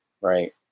right